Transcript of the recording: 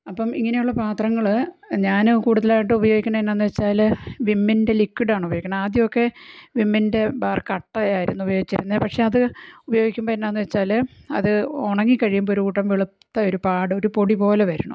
അപ്പം ഇങ്ങനെയുള്ള പാത്രങ്ങൾ ഞാൻ കൂടുതലായിട്ട് ഉപയോഗിക്കുന്നതെന്നാന്നു വെച്ചാൽ വിമ്മിൻ്റെ ലിക്വിഡാണുപയോഗിക്കുന്നത് ആദ്യമൊക്കെ വിമ്മിൻ്റെ ബാർ കട്ടയായിരുന്നു ഉപയോഗിച്ചിരുന്നത് പക്ഷേ അത് ഉപയോഗിക്കുമ്പം എന്നാ എന്നു വെച്ചാൽ അത് ഉണങ്ങി കഴിയുമ്പം ഒരു കൂട്ടം വെളുത്ത ഒരുപാട് ഒരു പൊടി പോലെ വരണു